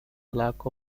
lack